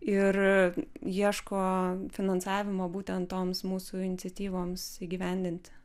ir ieško finansavimo būtent toms mūsų iniciatyvoms įgyvendinti